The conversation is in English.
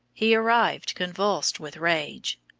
he arrived convulsed with rage.